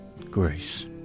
grace